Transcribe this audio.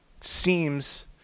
seems